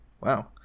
Wow